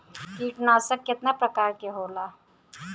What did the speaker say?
कीटनाशक केतना प्रकार के होला?